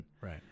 Right